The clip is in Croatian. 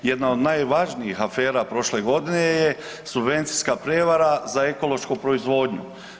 Jedna od najvažnijih afera prošle godine je subvencijska prevara za ekološku proizvodnju.